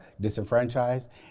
disenfranchised